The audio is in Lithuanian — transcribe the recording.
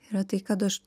yra tai kad aš